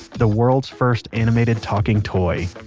the world's first animated talking toy